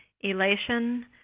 elation